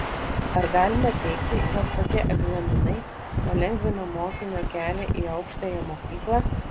ar galima teigti jog tokie egzaminai palengvina mokinio kelią į aukštąją mokyklą